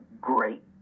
great